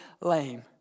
lame